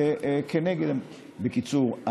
בקיצור,